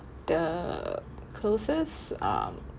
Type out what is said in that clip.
the closest um